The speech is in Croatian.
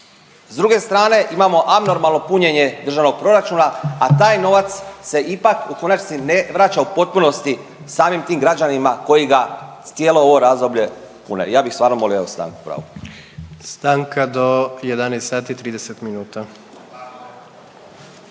S druge strane imamo abnormalno punjenje državnog proračuna, a taj novac se ipak u konačnici ne vraća u potpunosti samim tim građanima koji ga cijelo ovo razdoblje pune. Ja bih stvarno molio evo stanku pravu. **Jandroković, Gordan